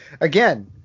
Again